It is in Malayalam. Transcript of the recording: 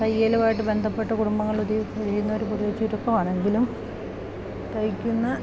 തയ്യലുവായിട്ട് ബന്ധപ്പെട്ട് കുടുംബങ്ങൾ ഇതു ചെയ്യുന്നവർ ചുരുക്കവാണെങ്കിലും തയ്യ്ക്കുന്ന